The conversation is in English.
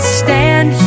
stand